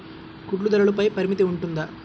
గుడ్లు ధరల పై పరిమితి ఉంటుందా?